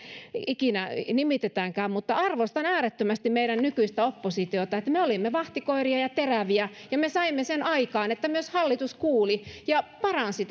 ikinä nimitetäänkään mutta arvostan äärettömästi meidän nykyistä oppositiota me olimme vahtikoiria ja teräviä ja me saimme sen aikaan sen että myös hallitus kuuli ja paransi